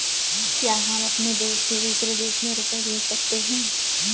क्या हम अपने देश से दूसरे देश में रुपये भेज सकते हैं?